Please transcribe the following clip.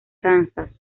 kansas